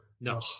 No